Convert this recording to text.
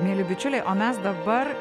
mieli bičiuliai o mes dabar